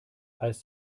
als